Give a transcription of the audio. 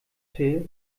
für